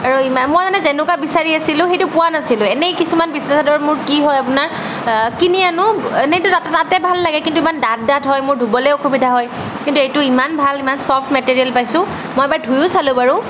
আৰু ইমান মই মানে যেনেকুৱা বিচাৰি আছিলোঁ সেইটো পোৱা নাছিলোঁ এনেই কিছুমান বিচনা চাদৰ মোৰ কি হয় আপোনাৰ কিনি আনোঁ এনেইটো তাতে তাতে ভাল লাগে কিন্তু ইমান ডাঠ ডাঠ হয় মোৰ ধুবলৈ অসুবিধা হয় কিন্তু এইটো ইমান ভাল ইমান ছফ্ট মেটেৰিয়েল পাইছোঁ মই এবাৰ ধুইও চালো বাৰু